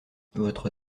votre